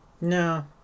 No